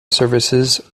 services